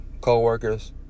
co-workers